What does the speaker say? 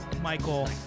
Michael